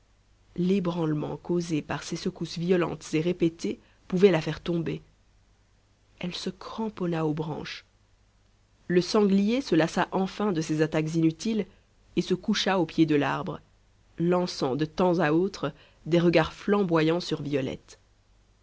l'ébranlement causé par ces secousses violentes et répétées pouvait la faire tomber elle se cramponna aux branches le sanglier se lassa enfin de ses attaques inutiles et se coucha au pied de l'arbre lançant de temps à autre des regards flamboyants sur violette